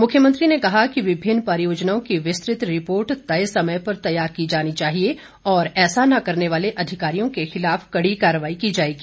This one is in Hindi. मुख्यमंत्री ने कहा कि विभिन्न परियोजनाओं की विस्तृत रिपोर्ट तय समय पर तैयार की जानी चाहिए और ऐसा न करने वाले अधिकारियों के खिलाफ कड़ी कार्रवाई की जाएगी